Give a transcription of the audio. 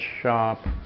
shop